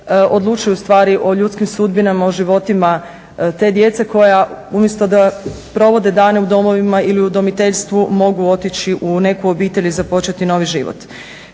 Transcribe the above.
odlučuju u stvari o ljudskim sudbinama, o životima te djece koja umjesto da provode dane u domovima ili udomiteljstvu mogu otići u neku obitelj i započeti novi život.